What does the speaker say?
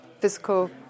physical